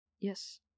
Yes